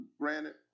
granted